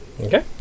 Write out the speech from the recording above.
Okay